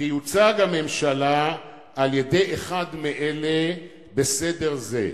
"תיוצג הממשלה על-ידי אחד מאלה, בסדר זה: